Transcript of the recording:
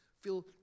feel